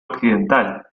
occidental